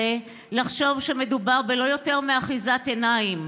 לחשוב שמדובר בלא יותר מאחיזת עיניים.